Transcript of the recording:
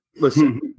Listen